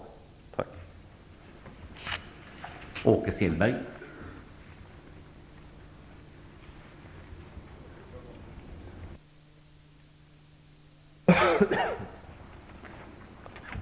Tack.